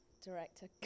Director